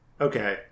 Okay